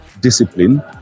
discipline